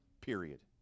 period